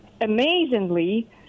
amazingly